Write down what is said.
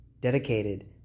dedicated